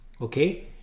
okay